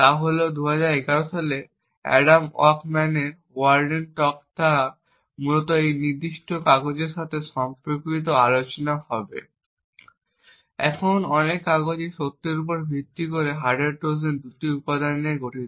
তা হল 2011 সালে অ্যাডাম ওয়াকসম্যানের ওকল্যান্ড টক দ্বারা মূলত এই নির্দিষ্ট কাগজের সাথে সম্পর্কিত আলোচনা হবে। এখন অনেক কাগজ এই সত্যের উপর ভিত্তি করে যে হার্ডওয়্যার ট্রোজান দুটি উপাদান নিয়ে গঠিত